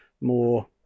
more